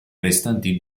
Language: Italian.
restanti